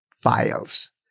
files